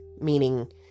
meaning